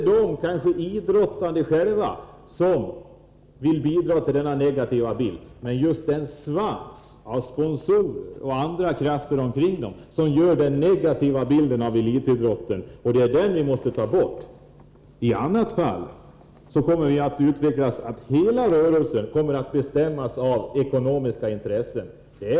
De idrottande själva vill kanske inte bidra till den negativa bilden, utan det är svansen av sponsorer och andra krafter som skapar den negativa bilden av elitidrotten. Den måste vi ta bort. I annat fall kommer utvecklingen att bli sådan att hela rörelsen domineras av ekonomiska intressen.